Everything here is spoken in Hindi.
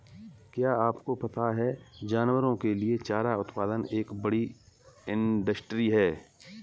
क्या आपको पता है जानवरों के लिए चारा उत्पादन एक बड़ी इंडस्ट्री है?